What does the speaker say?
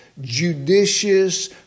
judicious